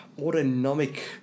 autonomic